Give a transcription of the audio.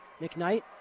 McKnight